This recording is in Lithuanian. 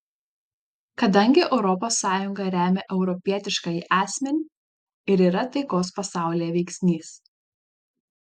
kadangi europos sąjunga remia europietiškąjį asmenį ir yra taikos pasaulyje veiksnys